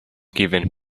given